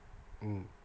mm